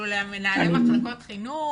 למנהלי מחלקות חינוך?